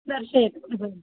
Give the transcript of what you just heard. दर्शयतु इदं